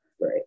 Right